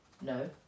No